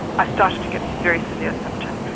i started to get these very severe symptoms.